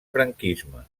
franquisme